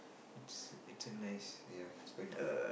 it's it's a nice ya it's quite good